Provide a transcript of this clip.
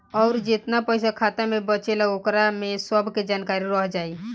अउर जेतना पइसा खाता मे बचेला ओकरा में सब के जानकारी रह जाइ